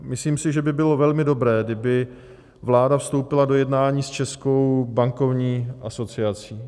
Myslím si, že by bylo velmi dobré, kdyby vláda vstoupila do jednání s Českou bankovní asociací.